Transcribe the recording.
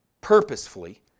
purposefully